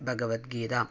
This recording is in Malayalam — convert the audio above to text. ഭഗവത്ഗീത